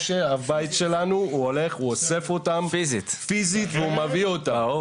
משה האב בית שלנו והוא הולך ואוסף אותם פיזית ומביא אותם.